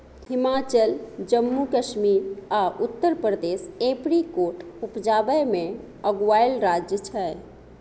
हिमाचल, जम्मू कश्मीर आ उत्तर प्रदेश एपरीकोट उपजाबै मे अगुआएल राज्य छै